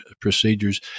procedures